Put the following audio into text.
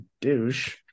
douche